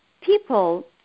people